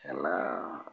খেলা